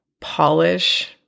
polish